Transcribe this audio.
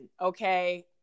Okay